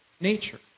nature